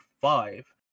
five